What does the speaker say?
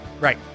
Right